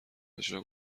اجرا